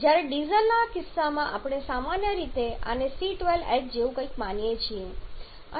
જ્યારે ડીઝલના કિસ્સામાં આપણે સામાન્ય રીતે આને C12H જેવું કંઈક માનીએ છીએ